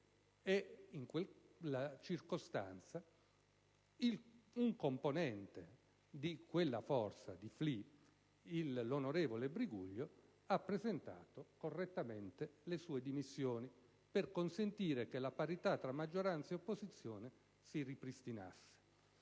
In quella circostanza, un componente di quella forza (il FLI), l'onorevole Briguglio, ha presentato, correttamente, le sue dimissioni, per consentire che la parità tra maggioranza e opposizione si ripristinasse.